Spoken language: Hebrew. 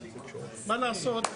מה לעשות,